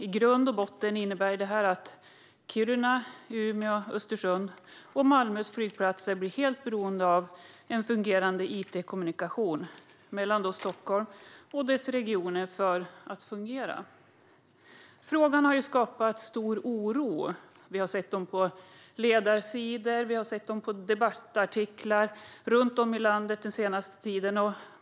I grund och botten innebär det att flygplatserna i Kiruna, Umeå, Östersund och Malmö blir helt beroende av en fungerande it-kommunikation mellan Stockholm och dessa regioner för att det ska fungera. Frågan har skapat stor oro. Vi har sett det på ledarsidor och i debattartiklar runt om i landet den senaste tiden.